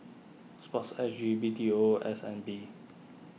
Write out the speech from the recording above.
Sport S G B T O and S N B